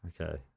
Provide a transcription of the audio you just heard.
Okay